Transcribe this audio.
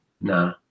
No